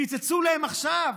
קיצצו להם עכשיו.